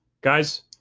Guys